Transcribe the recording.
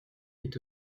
est